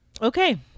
Okay